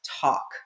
talk